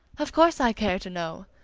of course i care to know!